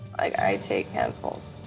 i take handfuls.